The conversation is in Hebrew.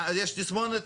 יש תסמונת